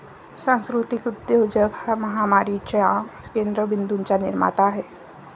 सांस्कृतिक उद्योजक हा महामारीच्या केंद्र बिंदूंचा निर्माता आहे